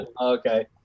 Okay